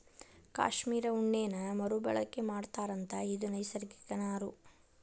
cashmere ಉಣ್ಣೇನ ಮರು ಬಳಕೆ ಮಾಡತಾರಂತ ಇದು ನೈಸರ್ಗಿಕ ನಾರು